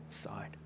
side